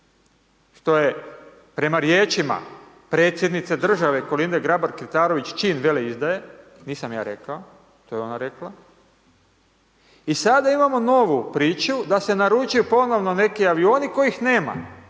što je prema riječima Predsjednice države Kolinde Grabar Kitarović, čin veleizdaje, nisam ja rekao, to je ona rekla, i sada imamo novu priču da se naručuju ponovno neki avioni kojih nema.